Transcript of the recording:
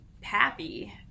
happy